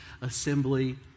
assembly